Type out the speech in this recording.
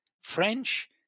French